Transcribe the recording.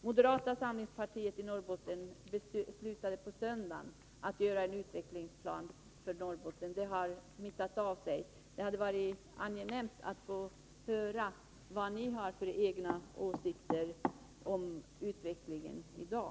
Moderata samlingspartiet i Norrbotten beslutade i söndags att utarbeta en utvecklingsplan för Norrbotten. Det har smittat av sig. Det hade varit angenämt att få höra vad ni har för egna åsikter om utvecklingen i dag.